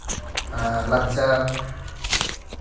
ᱞᱟᱠᱪᱟᱨ